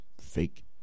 fake